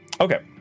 Okay